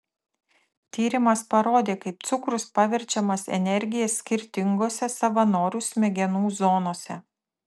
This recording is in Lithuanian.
tyrimas parodė kaip cukrus paverčiamas energija skirtingose savanorių smegenų zonose